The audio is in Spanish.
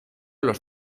los